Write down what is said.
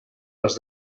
els